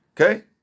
Okay